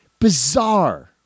Bizarre